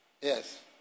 Yes